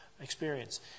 experience